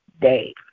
day